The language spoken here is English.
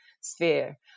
sphere